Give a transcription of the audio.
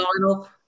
lineup